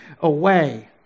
away